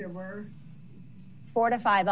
there were four to five